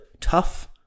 tough